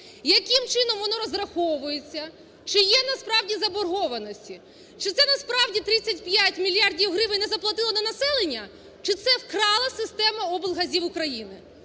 яким чином воно розраховується, чи є насправді заборгованості. Чи це насправді 35 мільярдів гривень не заплатило населення, чи це вкрала система облгазів України.